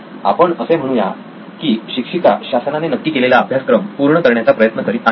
आपण असे म्हणूया की शिक्षिका शासनाने नक्की केलेला अभ्यासक्रम पूर्ण करण्याचा प्रयत्न करीत आहे